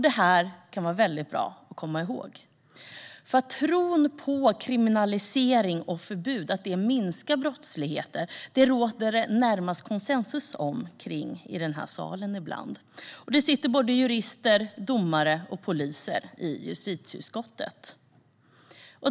Det här kan vara bra att komma ihåg. Tron på att kriminalisering och förbud minskar brottslighet råder det närmast konsensus om i denna sal. Det sitter såväl jurister och domare som poliser i justitieutskottet.